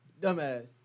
dumbass